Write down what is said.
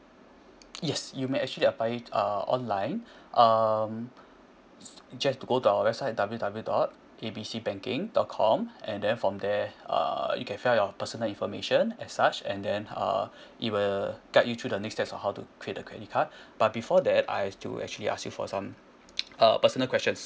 yes you may actually apply it uh online uh just go to our website W W dot A B C banking dot com and then from there uh you can fill your personal information as such and then uh it will guide you through the next steps uh how to create a credit card but before that I have to actually ask you for some uh personal questions